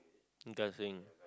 I'm cursing